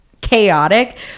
chaotic